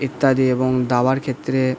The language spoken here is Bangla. ইত্যাদি এবং দাবার ক্ষেত্রে